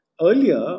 Earlier